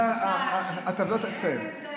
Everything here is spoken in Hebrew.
זה טבלאות אקסל.